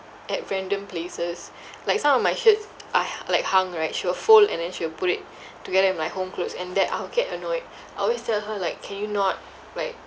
at random places like some of my shirts uh like hung right she will fold and then she will put it together with my home clothes and that I'll get annoyed I always tell her like can you not like